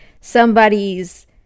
somebody's